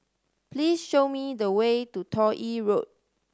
please show me the way to Toh Yi Road